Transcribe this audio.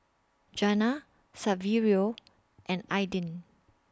Jana Saverio and Aidyn